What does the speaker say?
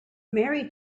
mary